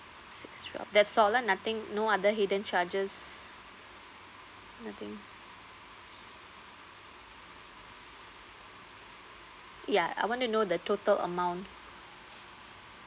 six twelve that's all lah nothing no other hidden charges nothing ya I want to know the total amount